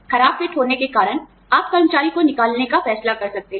खराब फिट होने के कारण आप कर्मचारी को निकालने का फैसला कर सकते हैं